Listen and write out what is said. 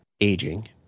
aging